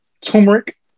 Turmeric